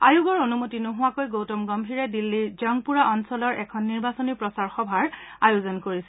আয়োগৰ অনুমতি নোহোৱাকৈ গৌতম গগ্ভীৰে দিল্লীৰ জংপুৰা অঞ্চলত এখন নিৰ্বাচনী প্ৰচাৰ সভাৰ আয়োজন কৰিছিল